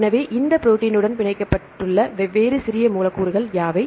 எனவே இந்த ப்ரோடீனுடன் பிணைக்கப்பட்டுள்ள வெவ்வேறு சிறிய மூலக்கூறுகள் யாவை